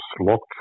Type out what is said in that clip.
locked